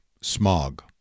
smog